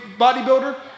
bodybuilder